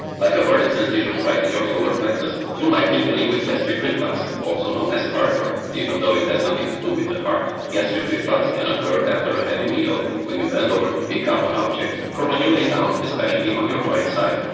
like a burning sensation right in your solar plexus? you might be dealing with gastric reflux, also known as heartburn, even though it has nothing to do with the heart. gastric reflux can occur after a heavy meal, when you bend over to pick up an object or when you lay down, especially on your right side.